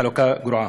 חלוקה גרועה.